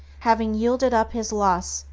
having yielded up his lusts,